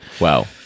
Wow